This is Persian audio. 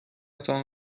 تان